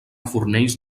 fornells